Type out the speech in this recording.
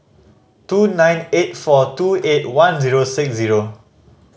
two nine eight four two eight one zero six zero